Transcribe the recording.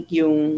yung